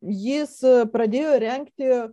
jis pradėjo rengti